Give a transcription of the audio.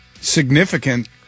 significant